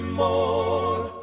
more